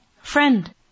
friend